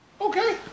Okay